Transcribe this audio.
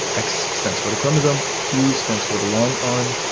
x stands for the chromosome, q stands for the long arm,